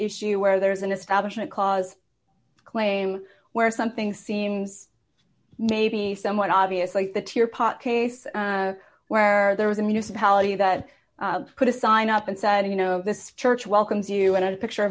issue where there's an establishment clause claim where something seems maybe somewhat obvious like the tear pot case where there was a municipality that put a sign up and said you know this church welcomes you and a picture